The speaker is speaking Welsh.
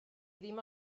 ddim